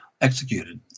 executed